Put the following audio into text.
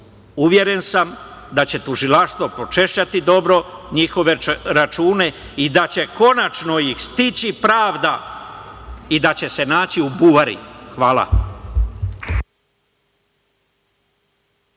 državu. Uveren sam da će tužilaštvo pročešljati dobro njihove račune i da će konačno ih stići pravda i da će naći u buvari. Hvala.